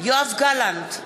יואב גלנט,